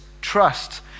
trust